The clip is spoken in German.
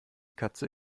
katze